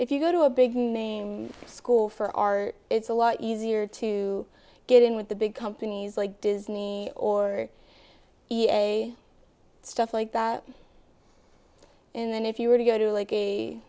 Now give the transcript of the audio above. if you go to a big name school for our it's a lot easier to get in with the big companies like disney or e a a stuff like that and then if you were to go to